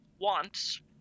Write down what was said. wants